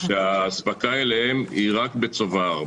האספקה אליהם היא רק בצובר,